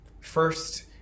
First